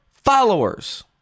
Followers